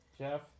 Jeff